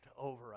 over